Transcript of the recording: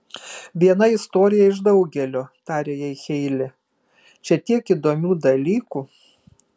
viena istorija iš daugelio tarė jai heile čia tiek įdomių dalykų